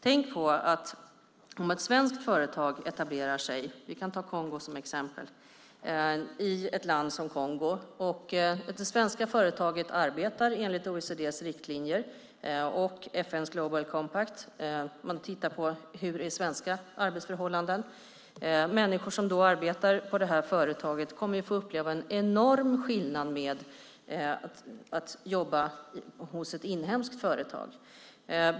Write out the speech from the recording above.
Tänk på att om ett svenskt företag etablerar sig i ett land som Kongo, och det svenska företaget arbetar enligt OECD:s riktlinjer, FN:s Global Compact och tittar på svenska arbetsförhållanden så kommer människor som arbetar på det här företaget att få uppleva en enorm skillnad med att jobba hos ett inhemskt företag.